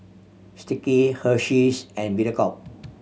Sticky Hersheys and Mediacorp